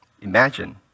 imagine